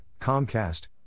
Comcast